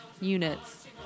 unit's